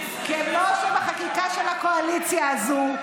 כמו שבחקיקה של הקואליציה הזו,